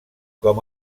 com